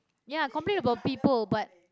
ya complain about people but